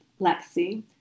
Lexi